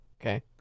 Okay